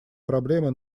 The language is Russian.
проблемы